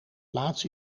plaats